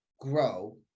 grow